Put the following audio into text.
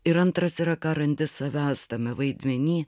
ir antras yra ką randi savęs tame vaidmeny